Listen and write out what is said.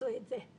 עשו את זה.